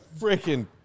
Freaking